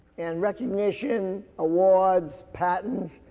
and recognition, awards, patents,